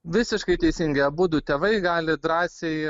visiškai teisingai abudu tėvai gali drąsiai